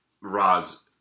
rods